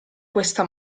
questa